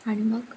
आणि मग